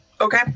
Okay